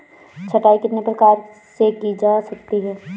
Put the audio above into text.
छँटाई कितने प्रकार से की जा सकती है?